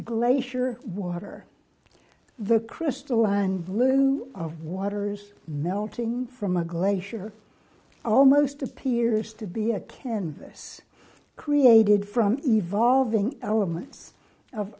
glacier water the crystalline blue of waters melting from a glacier almost appears to be a canvas created from evolving elements of